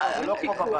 זה לא כמו בבית.